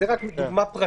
העובד זו רק דוגמה פרטית.